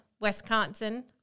Wisconsin